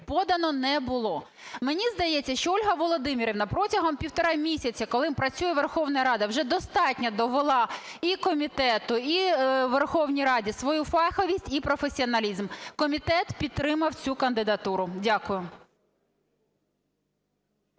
подано не було. Мені здається, що Ольга Володимирівна протягом півтора місяці, коли працює Верховна Рада, вже достатньо довела і комітету, і Верховній Раді свою фаховість і професіоналізм. Комітет підтримав цю кандидатуру. Дякую.